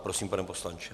Prosím, pane poslanče.